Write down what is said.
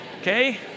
okay